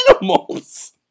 animals